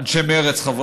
אנשי מרצ,